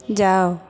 जाओ